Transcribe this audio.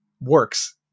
works